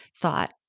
thought